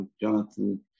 Jonathan